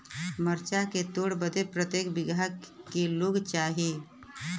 मरचा के तोड़ बदे प्रत्येक बिगहा क लोग चाहिए?